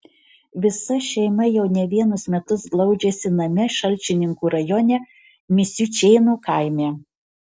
visa šeima jau ne vienus metus glaudžiasi name šalčininkų rajone misiučėnų kaime